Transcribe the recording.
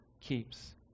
keeps